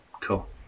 cool